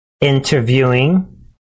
interviewing